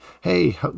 Hey